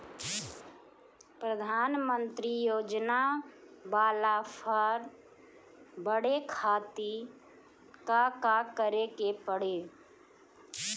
प्रधानमंत्री योजना बाला फर्म बड़े खाति का का करे के पड़ी?